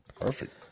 Perfect